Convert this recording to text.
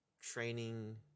training